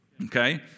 Okay